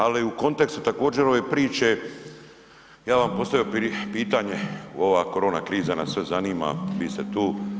Ali u kontekstu također ove priče ja bi vam postavio pitanje, ova korona kriza nas sve zanima, vi ste tu.